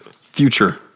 Future